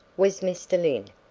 was mr. lyne,